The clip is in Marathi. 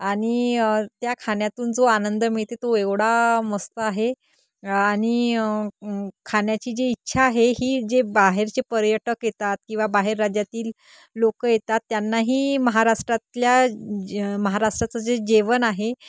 आणि त्या खाण्यातून जो आनंद मिळते तो एवढा मस्त आहे आणि खाण्याची जी इच्छा आहे ही जे बाहेरचे पर्यटक येतात किंवा बाहेर राज्यातील लोक येतात त्यांनाही महाराष्ट्रातल्या ज महाराष्ट्राचं जे जेवण आहे